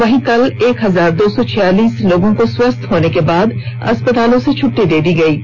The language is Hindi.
वहीं कल एक हजार दो सौ छियालीस लोगों को स्वस्थ होने के बाद अस्पतालों से छुटटी दे दी गई है